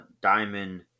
Diamond